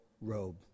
robe